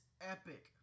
epic